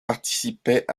participaient